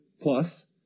plus